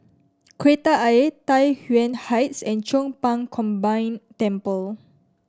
Kreta Ayer Tai Yuan Heights and Chong Pang Combined Temple